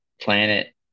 planet